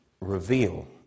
reveal